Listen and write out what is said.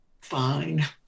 fine